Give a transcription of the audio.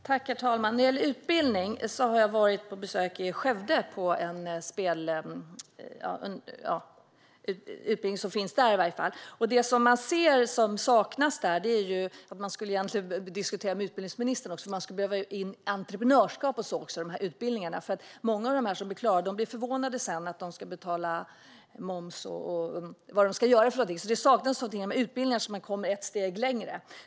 Herr talman! Jag besökte en spelutbildning i Skövde. Det som saknades där, och det skulle man behöva diskutera med utbildningsministern också, är utbildning i entreprenörskap. När de är klara blir många förvånade över att de ska betala moms och sådant, så sådan utbildning behövs för att de ska komma ett steg längre.